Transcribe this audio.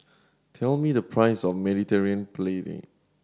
tell me the price of Mediterranean Penne